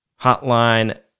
hotline